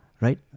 Right